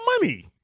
money